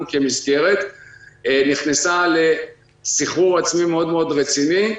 כמסגרת נכנסה לסחרור עצמי מאוד מאוד רציני,